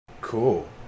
cool